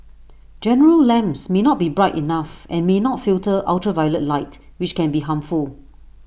general lamps may not be bright enough and may not filter ultraviolet light which can be harmful